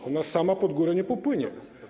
Woda sama pod górę nie popłynie.